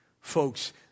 Folks